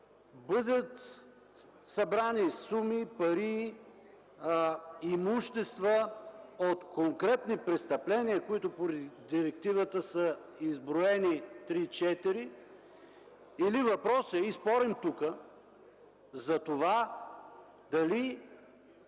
бъдат събрани суми, пари, имущества от конкретни престъпления, които поради директивата са изброени три-четири, или въпросът е, и спорим тук, за това дали